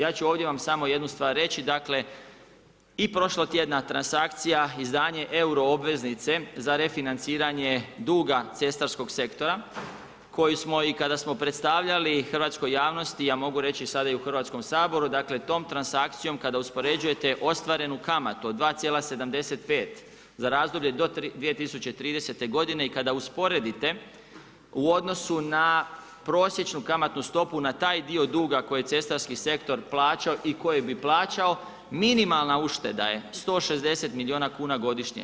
Ja ću vam ovdje jednu stvar reći, dakle i prošlotjedna transakcija izdanje euro obveznice za refinanciranje duga cestarskog sektora koju smo kada smo predstavljali hrvatskoj javnosti, a mogu reći sada i u Hrvatskom saboru dakle tom transakcijom kada uspoređujete ostvarenu kamatu od 2,75 za razdoblje do 2030. godine i kada usporedite u odnosu na prosječnu kamatnu stopu na taj dio duga koji je cestarski sektor plaćao i koje bi plaćao, minimalna ušteda je 160 milijuna kuna godišnje.